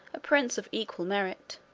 a prince of equal merit.